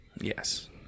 yes